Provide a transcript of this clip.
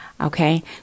Okay